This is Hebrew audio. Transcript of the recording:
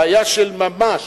בעיה של ממש,